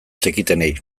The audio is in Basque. zekitenei